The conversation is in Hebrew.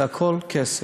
זה הכול כסף.